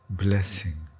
blessing